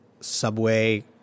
subway